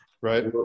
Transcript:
Right